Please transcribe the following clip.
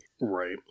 right